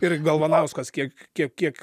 ir galvanauskas kiek kiek kiek